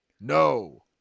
no